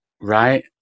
Right